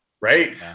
right